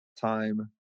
time